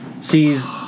sees